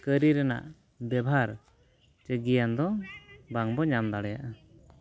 ᱠᱟᱹᱨᱤ ᱨᱮᱱᱟᱜ ᱵᱮᱵᱷᱟᱨ ᱪᱮ ᱜᱮᱭᱟᱱ ᱫᱚ ᱵᱟᱝᱵᱚᱱ ᱧᱟᱢ ᱫᱟᱲᱮᱭᱟᱜᱼᱟ